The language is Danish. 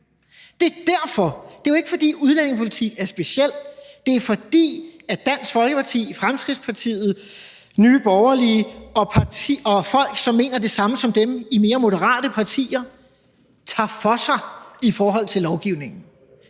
Det er derfor. Det er jo ikke, fordi udlændingepolitik er speciel; det er, fordi Dansk Folkeparti, Fremskridtspartiet, Nye Borgerlige og folk, som mener det samme som dem, i mere moderate partier tager for sig i forhold til lovgivningen.